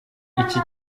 iki